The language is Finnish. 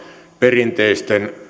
perinteisten